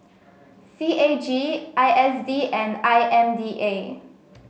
C A G I S D and I M D A